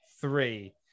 three